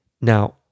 Now